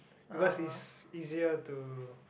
because it's easier to